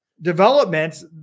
developments